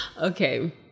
okay